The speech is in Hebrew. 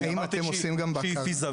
שאמרתי שהיא ישימה,